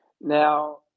Now